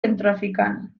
centroafricana